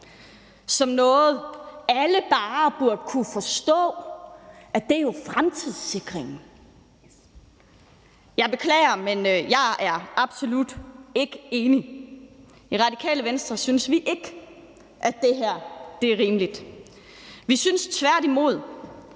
som noget, alle bare burde kunne forstå jo er fremtidssikring. Jeg beklager, men jeg er absolut ikke enig. I Radikale Venstre synes vi ikke, at det her er rimeligt. Vi synes tværtimod,